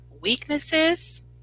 weaknesses